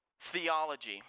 theology